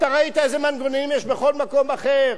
ראית איזה מנגנונים יש בכל מקום אחר?